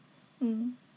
mmhmm